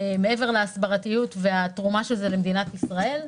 מעבר להסברתיות ולתרומה של זה למדינת ישראל.